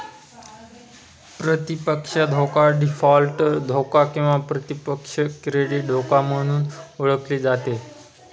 प्रतिपक्ष धोका डीफॉल्ट धोका किंवा प्रतिपक्ष क्रेडिट धोका म्हणून ओळखली जाते